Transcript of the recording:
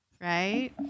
right